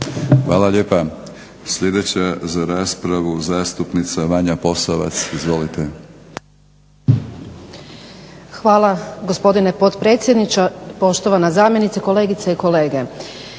Hvala lijepa. Sljedeća za raspravu zastupnica Vanja Posavac. Izvolite. **Posavac, Vanja (SDP)** Hvala gospodine potpredsjedniče, poštovana zamjenice, kolegice i kolege.